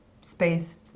space